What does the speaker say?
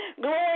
Glory